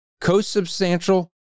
co-substantial